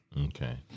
Okay